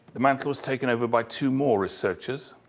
the mantle was taken over by two more researchers.